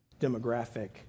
demographic